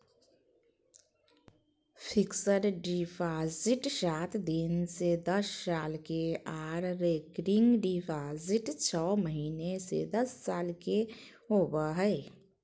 fixed deposit सात दिन से दस साल के आर रेकरिंग डिपॉजिट छौ महीना से दस साल के होबय हय